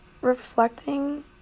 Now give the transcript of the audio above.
reflecting